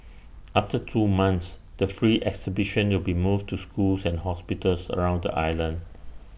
after two months the free exhibition will be moved to schools and hospitals around the island